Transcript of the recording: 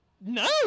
No